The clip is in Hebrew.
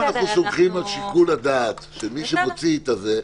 אם אנחנו סומכים על שיקול הדעת של מי שמוציא את זה,